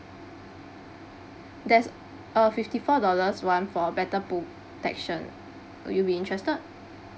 that's uh fifty four dollars one for better protection would you be interested